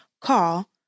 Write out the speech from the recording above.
call